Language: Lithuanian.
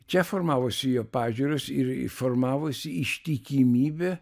čia formavosi jo pažiūros ir formavosi ištikimybė